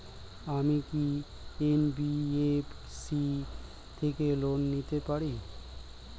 আমি কি এন.বি.এফ.সি থেকে লোন নিতে পারি?